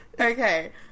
Okay